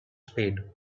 spade